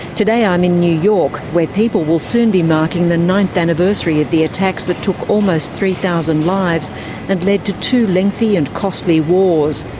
today i'm in new york, where people will soon be marking the ninth anniversary of the attacks that took almost three thousand lives and led to two lengthy and costly wars.